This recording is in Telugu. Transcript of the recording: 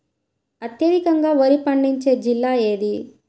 అత్యధికంగా వరి పండించే జిల్లా ఏది?